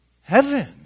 heaven